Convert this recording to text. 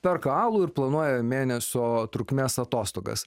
perka alų ir planuoja mėnesio trukmės atostogas